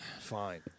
Fine